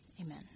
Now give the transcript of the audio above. Amen